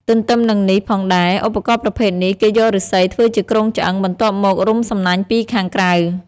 ទន្ទឹមនឹងនេះផងដែរ ឧបករណ៍ប្រភេទនេះ គេយកឫស្សីធ្វើជាគ្រោងឆ្អឹង បន្ទាប់មករុំសំណាញ់ពីខាងក្រៅ។